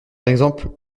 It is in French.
exemple